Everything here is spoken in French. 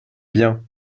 bien